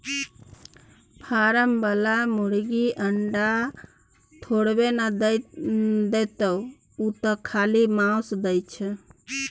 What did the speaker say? form बला मुरगी अंडा थोड़बै न देतोउ ओ तँ खाली माउस दै छै